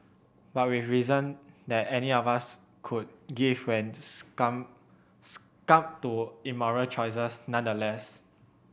but with reason that any of us could give when succumbed succumbed to immoral choices nonetheless